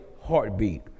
heartbeat